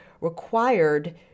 required